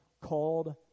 called